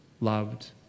loved